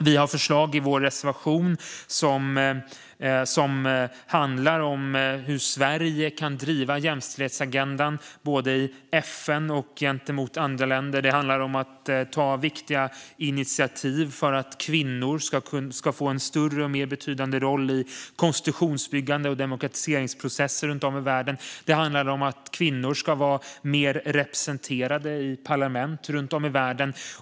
Vi har förslag i vår reservation som handlar om hur Sverige kan driva jämställdhetsagendan, både i FN och gentemot andra länder. Det handlar om att ta viktiga initiativ för att kvinnor ska få en större och mer betydande roll i konstitutionsbyggande och demokratiseringsprocesser runt om i världen. Det handlar om att kvinnor ska vara mer representerade i parlament runt om i världen.